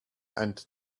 and